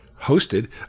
hosted